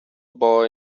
boy